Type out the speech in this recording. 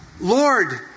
Lord